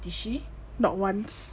did she